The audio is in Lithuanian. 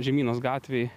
žemynos gatvėj